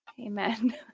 Amen